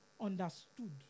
understood